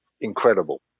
incredible